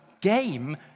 game